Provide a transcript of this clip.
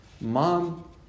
Mom